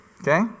Okay